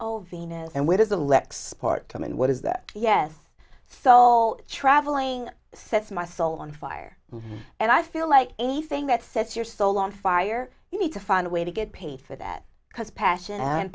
oh venus and where does alexis part come in what is that yes so traveling says my soul on fire and i feel like anything that sets your soul on fire you need to find a way to get paid for that because passion